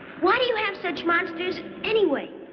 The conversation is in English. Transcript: why do you have such monsters anyway?